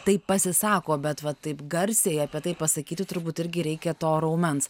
taip pasisako bet va taip garsiai apie tai pasakyti turbūt irgi reikia to raumens